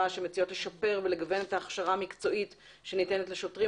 המציעות לשפר ולגוון את ההכשרה המקצועית שניתנת לשוטרים,